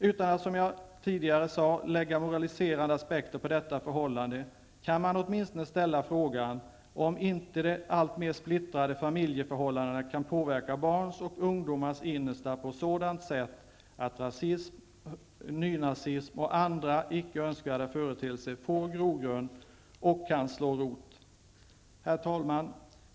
Utan att, som jag tidigare sade, lägga moraliserande aspekter på detta förhållande, kan man åtminstone ställa frågan om inte de alltmer splittrade familjeförhållandena kan påverka barns och ungdomars innersta på sådant sätt att rasism, nynazism och andra icke önskvärda företeelser får grogrund och kan slå rot.